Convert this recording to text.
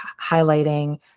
highlighting